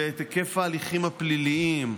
ואת היקף ההליכים הפליליים,